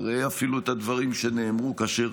ראה את הדברים שנאמרו כאשר